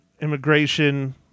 immigration